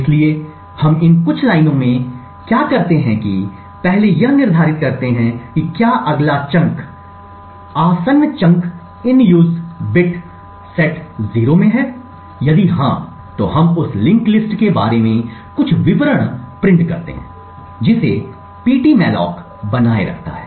इसलिए हम इन कुछ लाइनों में हम क्या करते हैं कि हम पहले यह निर्धारित करते हैं कि क्या अगला चंक आसन्न chunk in use bit set 0 में है यदि हां तो हम उस लिंक्ड लिस्ट के बारे में कुछ विवरण प्रिंट करते हैं जिसे पीटीमेलाक बनाए रखता है